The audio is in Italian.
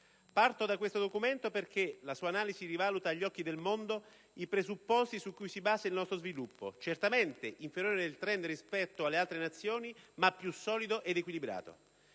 Parto da questo documento perché la sua analisi rivaluta agli occhi del mondo i presupposti su cui si basa il nostro sviluppo, certamente inferiore nel *trend* rispetto alle altre nazioni, ma più solido ed equilibrato.